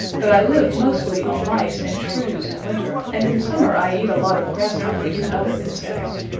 but i live mostly on mice and shrews in winter and in summer i eat a lot of grasshoppers and other insects.